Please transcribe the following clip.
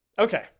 Okay